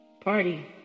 Party